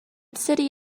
city